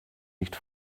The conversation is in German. nicht